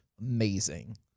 amazing